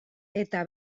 eta